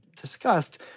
discussed